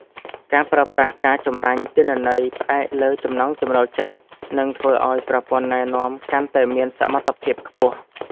ការប្រើប្រាស់ ការចម្រាញ់ទិន្នន័យផ្អែកលើចំណង់ចំណូលចិត្ត នឹងធ្វើឱ្យប្រព័ន្ធណែនាំកាន់តែមានសមត្ថភាពខ្ពស់។